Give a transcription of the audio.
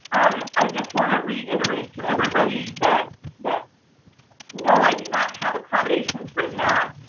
i just want to reiterate to everybody that that no, i do not have accommodated forms right now.